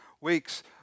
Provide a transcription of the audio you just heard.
weeks